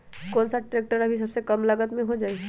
कौन सा ट्रैक्टर अभी सबसे कम लागत में हो जाइ?